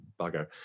bugger